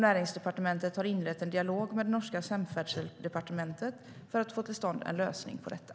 Näringsdepartementet har inlett en dialog med det norska Samferdselsdepartementet för att få till stånd en lösning på detta.